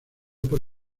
por